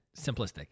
simplistic